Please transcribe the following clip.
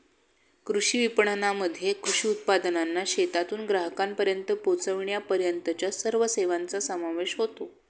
कृषी विपणनामध्ये कृषी उत्पादनांना शेतातून ग्राहकांपर्यंत पोचविण्यापर्यंतच्या सर्व सेवांचा समावेश होतो